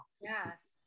yes